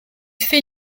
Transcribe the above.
fait